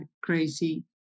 crazy